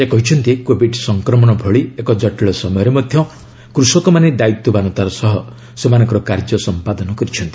ସେ କହିଛନ୍ତି କୋଭିଡ ସଂକ୍ରମଣ ଭଳି ଏକ ଜଟିଳ ସମୟରେ ମଧ୍ୟ କୃଷକମାନେ ଦାୟିତ୍ୱବାନତାର ସହ ସେମାନଙ୍କର କାର୍ଯ୍ୟ ସମ୍ପାଦନ କରିଛନ୍ତି